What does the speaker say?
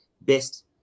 best